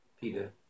Peter